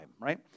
right